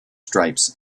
stripes